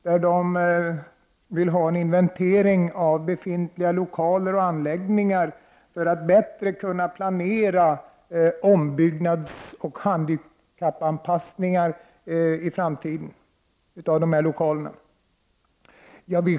Där föreslås en inventering av befintliga lokaler och anläggningar för att man i framtiden bättre skall kunna planera handikappanpassningar av dessa lokaler.